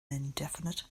indefinite